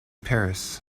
paris